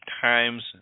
times